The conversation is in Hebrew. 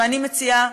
ואני מציעה,